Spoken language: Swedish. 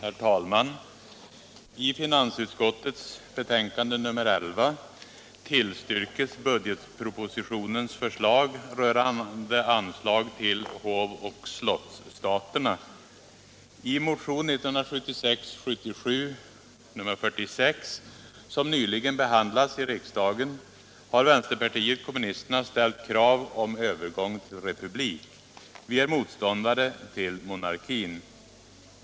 Herr talman! I finansutskottets betänkande nr 11 tillstyrkes budgetpropositionens förslag rörande anslag till hovoch slottsstaterna. I motionen 1976/77:46, som nyligen behandlats i riksdagen, har vänsterpartiet kommunisterna ställt krav på övergång till republik. Vi är motståndare till monarkin.